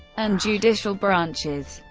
and judicial branches.